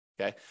okay